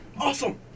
Awesome